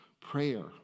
prayer